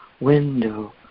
window